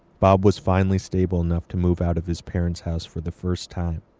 bob was finally stable enough to move out of his parent's house for the first time.